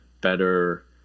better